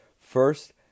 first